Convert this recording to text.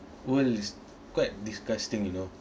world is quite disgusting you know